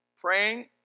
Praying